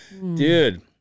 Dude